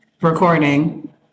recording